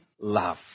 love